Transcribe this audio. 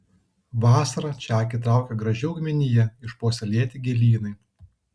vasarą čia akį traukia graži augmenija išpuoselėti gėlynai